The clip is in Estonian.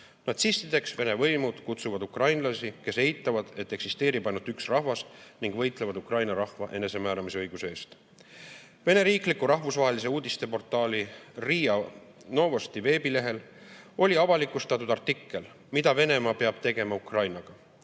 Natsistideks kutsuvad Vene võimud ukrainlasi, kes eitavad, et eksisteerib ainult üks rahvas ning võitlevad Ukraina rahva enesemääramisõiguse eest. Vene riikliku rahvusvahelise uudisteportaali RIA Novosti veebilehel oli avalikustatud artikkel "Mida Venemaa peab tegema Ukrainaga",